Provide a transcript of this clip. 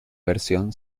versión